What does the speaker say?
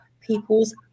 people's